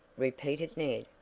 repeated ned,